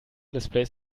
displays